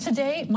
Today